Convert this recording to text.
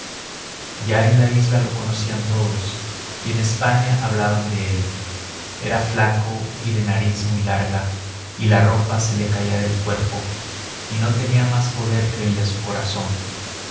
ya en la isla lo conocían todos y en españa hablaban de él era flaco y de nariz muy larga y la ropa se le caía del cuerpo y no tenía más poder que el de su corazón